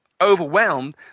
overwhelmed